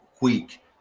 quick